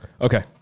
Okay